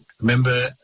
Remember